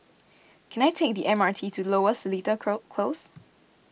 can I take the M R T to Lower Seletar Close